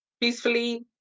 peacefully